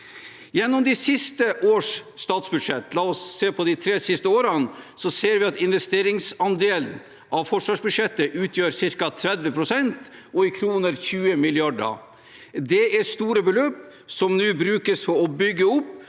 de tre siste årenes statsbudsjett, ser vi at investeringsandelen av forsvarsbudsjettet utgjør ca. 30 pst. og i kroner 20 mrd. kr. Det er store beløp som nå brukes på å bygge opp